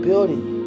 Building